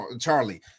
Charlie